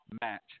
match